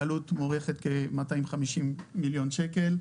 בעלות מוערכת כ-250 מיליון שקל.